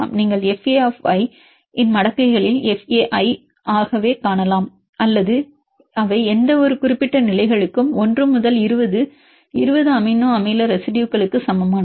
நீங்கள் fa இன் மடக்கைகளில் FA ஐக் காணலாம் அல்லது அவை எந்தவொரு குறிப்பிட்ட நிலைகளுக்கும் 1 முதல் 20 20 அமினோ அமில ரெசிடுயுகளுக்கு சமமானவை